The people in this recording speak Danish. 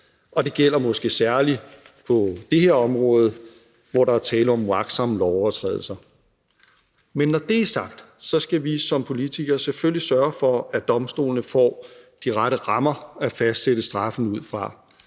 og det gælder måske særlig på det her område, hvor der er tale om uagtsomme lovovertrædelser. Men når det er sagt, så skal vi som politikere selvfølgelig sørge for, at domstolene får de rette rammer at fastsætte straffen ud fra,